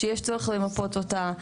שיש צורך למפות אותה.